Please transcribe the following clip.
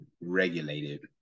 regulated